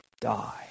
die